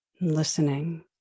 Listening